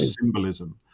symbolism